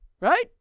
Right